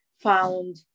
found